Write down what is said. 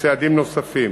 לצעדים נוספים.